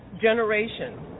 generation